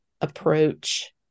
approach